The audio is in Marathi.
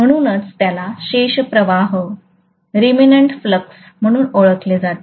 म्हणूनच त्याला शेषप्रवाह म्हणून ओळखले जाते